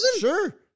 Sure